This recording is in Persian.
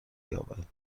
یابد